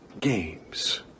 games